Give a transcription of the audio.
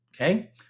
Okay